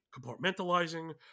compartmentalizing